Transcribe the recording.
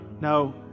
no